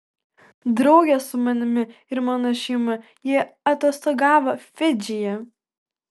drauge su manimi ir mano šeima ji atostogavo fidžyje